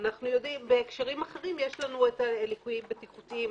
בהקשרים אחרים יש לנו ליקויים בטיחותיים.